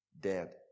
dead